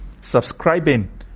subscribing